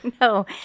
No